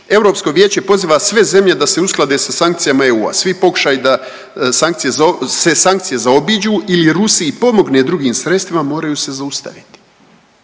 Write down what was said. Europsko vijeće poziva sve zemlje da se usklade sa sankcijama EU. Svi pokušaji da sankcije, se sankcije zaobiđu ili Rusiji pomogne drugim sredstvima moraju se zaustaviti.